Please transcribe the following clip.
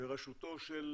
בראשותו של